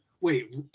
Wait